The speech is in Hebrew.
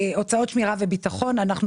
נכון.